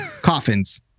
coffins